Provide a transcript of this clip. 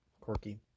Quirky